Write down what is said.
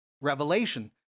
Revelation